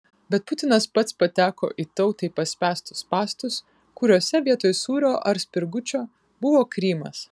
bet putinas pats pateko į tautai paspęstus spąstus kuriuose vietoj sūrio ar spirgučio buvo krymas